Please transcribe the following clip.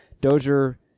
Dozier